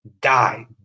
Die